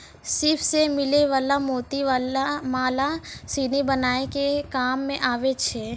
सिप सें मिलै वला मोती माला सिनी बनाय के काम में आबै छै